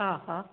हा हा